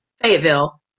Fayetteville